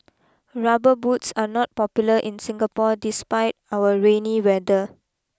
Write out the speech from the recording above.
rubber boots are not popular in Singapore despite our rainy weather